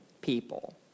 people